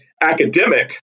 academic